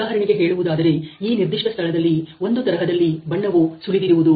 ಉದಾಹರಣೆಗೆ ಹೇಳುವುದಾದರೆ ಈ ನಿರ್ದಿಷ್ಟ ಸ್ಥಳದಲ್ಲಿ ಒಂದು ತರಹದಲ್ಲಿ ಬಣ್ಣವು ಸುಲಿದಿರುವುದು